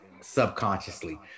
subconsciously